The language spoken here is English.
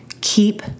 keep